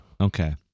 Okay